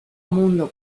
mundo